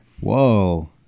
Whoa